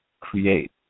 create